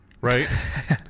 right